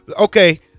Okay